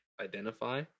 Identify